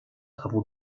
abu